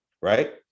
right